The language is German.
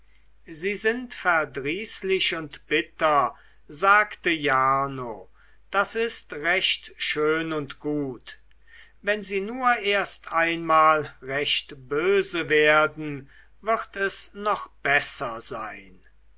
sie sind verdrießlich und bitter sagte jarno das ist recht schön und gut wenn sie nur erst einmal recht böse werden wird es noch besser sein